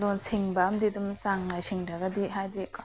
ꯂꯣꯟ ꯁꯤꯡꯕ ꯑꯃꯗꯤ ꯑꯗꯨꯝ ꯆꯥꯡ ꯅꯥꯏꯅ ꯁꯤꯡꯗ꯭ꯔꯒꯗꯤ ꯍꯥꯏꯗꯤ